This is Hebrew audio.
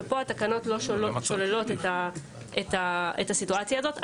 ופה התקנות לא שוללות את הסיטואציה הזאת.